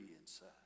inside